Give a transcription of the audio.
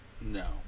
No